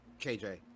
KJ